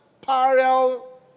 parallel